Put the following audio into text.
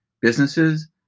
businesses